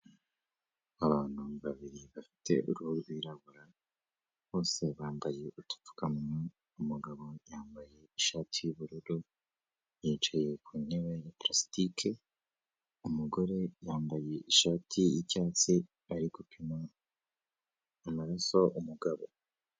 Abantu babiri bafite uruhu rwirabura, bose bambaye utupfukawa. Umugabo yambaye ishati y'ubururu yicaye ku ntebe ya pulasitike, umugore yambaye ishati y'icyatsi arimo gupima amaraso umugabo.